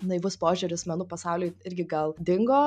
naivus požiūris menų pasauliui irgi gal dingo